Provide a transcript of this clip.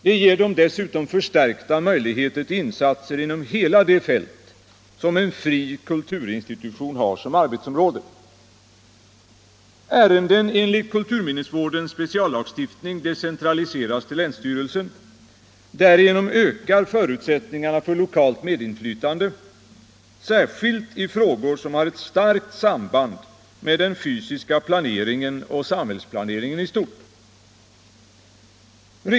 Det ger dem dessutom förstärkta möjligheter till insatser inom hela det fält som en fri kulturinstitution har som arbetsområde. 3. Ärenden enligt kulturminnesvårdens speciallagstiftning decentraliseras till länsstyrelsen. Därigenom ökar förutsättningarna för lokalt medinflytande, särskilt i frågor som har ett starkt samband med den fysiska planeringen och samhällsplaneringen i stort. 4.